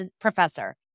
professor